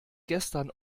gestern